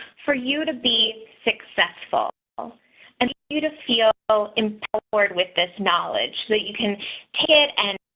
for you to be successful um and you to feel empowered with this knowledge that you can take it and